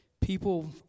people